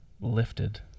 lifted